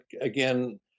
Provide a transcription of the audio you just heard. again